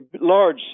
large